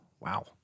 Wow